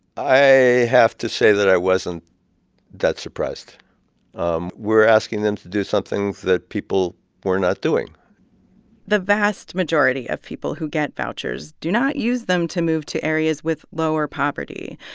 i have to say that i wasn't that surprised. we um were asking them to do something that people were not doing the vast majority of people who get vouchers do not use them to move to areas with lower poverty.